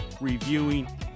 reviewing